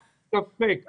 ללא ספק.